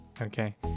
Okay